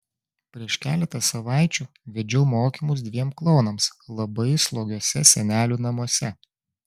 prieš keletą savaičių vedžiau mokymus dviem klounams labai slogiuose senelių namuose